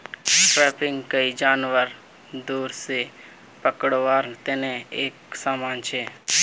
trapping कोई जानवरक दूर से पकड़वार तने एक समान छे